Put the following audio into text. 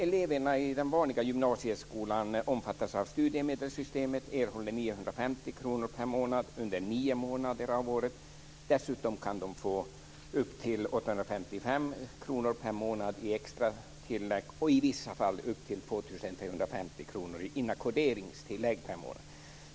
Eleverna i den vanliga gymnasieskolan omfattas av studiemedelssystemet och erhåller 950 kr per månad under nio månader av året. Dessutom kan de få upp till 855 kr per månad i extra tillägg, och i vissa fall upp till 2 350 kr per månad i inackorderingstillägg.